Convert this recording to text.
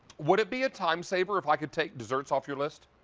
would it be a time saver if i could take desserts off your list?